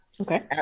Okay